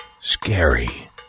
Scary